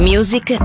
Music